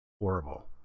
horrible